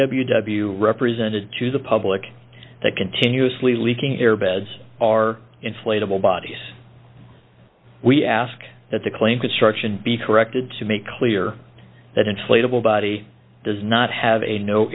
w w represented to the public that continuously leaking in their beds are inflatable bodies we ask that the clean construction be corrected to make clear that inflatable body does not have a no